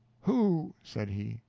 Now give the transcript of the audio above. who, said he,